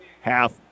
half